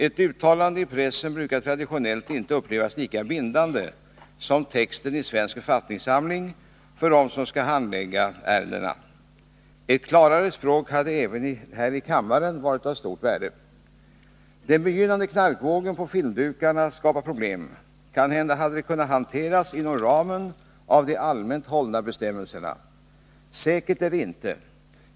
Ett uttalande i pressen brukar traditionellt inte upplevas som lika bindande som texten i Svensk författningssamling för dem som skall handlägga ärendena. Ett klarare språk även här i kammaren hade varit av stort värde. Den begynnande knarkvågen på filmdukarna skapar problem. Kanhända hade den kunnat hanteras inom ramen för de allmänt hållna bestämmelserna. Säkert är det inte.